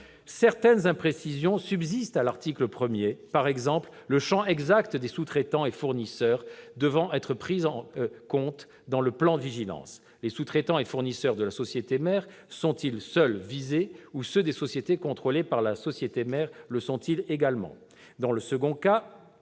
certaines imprécisions subsistent à l'article 1. Je pense, par exemple, au champ exact des sous-traitants et fournisseurs devant être pris en compte dans le plan de vigilance. Les sous-traitants et fournisseurs de la société mère sont-ils seuls visés, ou ceux des sociétés contrôlées par la société mère le sont-ils également ?